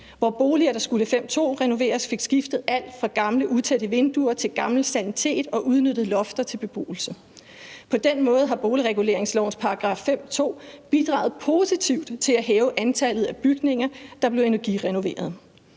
hvor boliger, der skulle § 5, stk. 2-renoveres fik skiftet alt fra gamle utætte vinduer, gammel sanitet til udnyttelse af lofter til beboelse. På den måde har boligreguleringsloven § 5, stk. 2 bidraget positivt til at hæve antallet af bygninger, der er blevet energirenoveret.